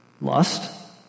lust